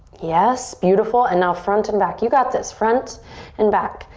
yes, beautiful. and now front and back. you got this, front and back.